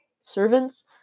servants